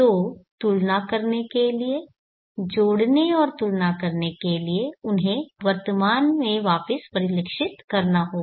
तो तुलना करने के लिए जोड़ने और तुलना करने के लिए उन्हें वर्तमान में वापस परिलक्षित करना होगा